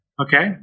Okay